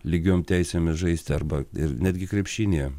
lygiom teisėmis žaisti arba ir netgi krepšinyje